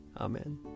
Amen